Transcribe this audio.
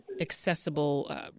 accessible